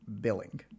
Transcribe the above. Billing